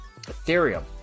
Ethereum